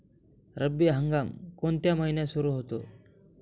रब्बी हंगाम कोणत्या महिन्यात सुरु होतो?